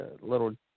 little –